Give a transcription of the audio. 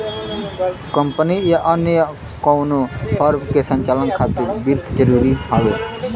company या अन्य कउनो फर्म के संचालन खातिर वित्त जरूरी हौ